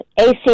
AC